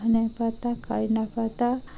পাতা পাতা